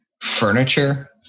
furniture